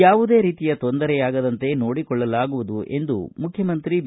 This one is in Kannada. ಯಾವುದೇ ರೀತಿಯ ತೊಂದರೆಯಾಗದಂತೆ ನೋಡಿಕೊಳ್ಳಲಾಗುವುದು ಎಂದು ಮುಖ್ಚಮಂತ್ರಿ ಬಿ